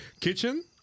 kitchen